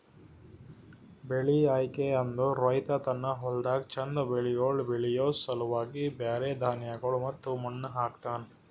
ಬೆಳಿ ಆಯ್ಕೆ ಅಂದುರ್ ರೈತ ತನ್ನ ಹೊಲ್ದಾಗ್ ಚಂದ್ ಬೆಳಿಗೊಳ್ ಬೆಳಿಯೋ ಸಲುವಾಗಿ ಬ್ಯಾರೆ ಧಾನ್ಯಗೊಳ್ ಮತ್ತ ಮಣ್ಣ ಹಾಕ್ತನ್